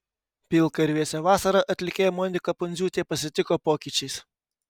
pilką ir vėsią vasarą atlikėja monika pundziūtė pasitiko pokyčiais